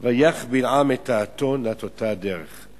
ויך בלעם את האתון להטותה הדרך".